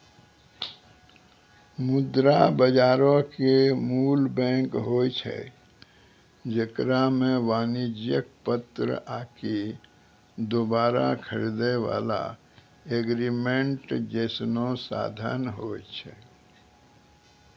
मुद्रा बजारो के मूल बैंक होय छै जेकरा मे वाणिज्यक पत्र आकि दोबारा खरीदै बाला एग्रीमेंट जैसनो साधन होय छै